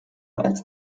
als